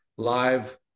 live